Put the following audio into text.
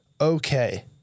Okay